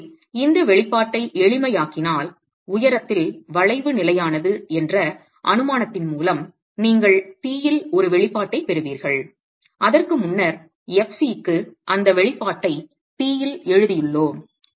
எனவே இந்த வெளிப்பாட்டை எளிமையாக்கினால் உயரத்தில் வளைவு நிலையானது என்ற அனுமானத்தின் மூலம் நீங்கள் P இல் ஒரு வெளிப்பாட்டைப் பெறுவீர்கள் அதற்கு முன்னர் fc க்கு அந்த வெளிப்பாட்டை P இல் எழுதியுள்ளோம்